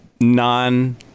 non